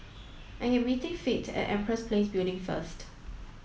I am meeting Fate at Empress Place Building first